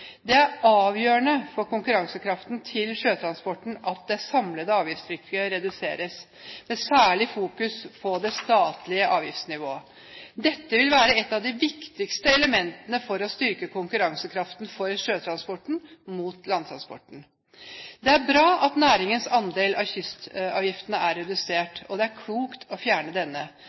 Det er avgjørende for konkurransekraften til sjøtransporten at det samlede avgiftstrykket reduseres, med særlig fokus på det statlige avgiftsnivået. Dette vil være et av de viktigste elementene for å styrke konkurransekraften for sjøtransporten mot landtransporten. Det er bra at næringens andel av kystavgiftene er redusert, og det er klokt å fjerne denne.